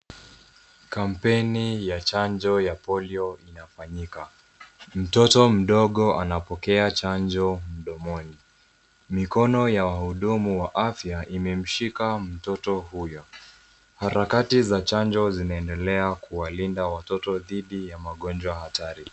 Kampeni ya chanjo ya polio inafanyika mtoto mdogo anapokea chanjo mdomoni mikono ya wahudumu wa afya imemshika mtoto huyo harakati za chanjo zinaendelea kuwalinda watoto dhidi ya magonjwa hatari.